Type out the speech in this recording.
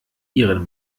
ihren